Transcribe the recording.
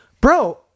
bro